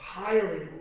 highly